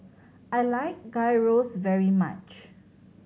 I like Gyros very much